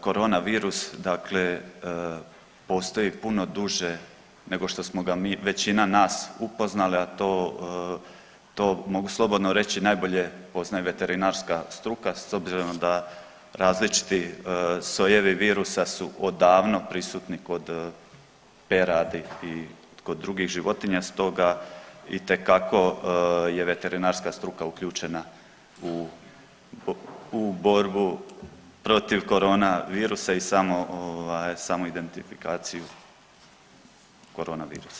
Korona virus dakle postoji puno duže nego što smo ga mi, većina nas upoznali, a to, to mogu slobodno reći najbolje poznaje veterinarska struka s obzirom da različiti sojevi virusa su odavno prisutni kod peradi i kod drugih životinja stoga itekako je veterinarska struka uključena u borbu protiv korona virusa i samo ovaj samoidentifikaciju korona virusa.